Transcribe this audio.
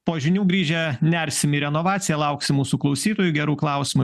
po žinių grįžę nersim į renovaciją lauksim mūsų klausytojų gerų klausimų